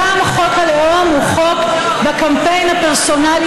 גם חוק הלאום הוא חוק בקמפיין הפרסונלי